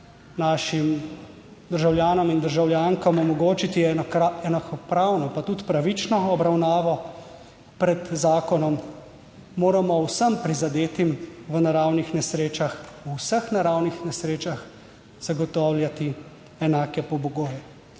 našim državljanom in državljankam omogočiti enakopravno pa tudi pravično obravnavo pred zakonom moramo vsem prizadetim v naravnih nesrečah, v vseh naravnih nesrečah zagotavljati enake pogoje,